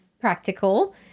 practical